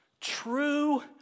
true